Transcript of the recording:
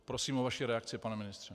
Prosím o vaši reakci, pane ministře.